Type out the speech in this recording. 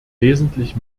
wesentlich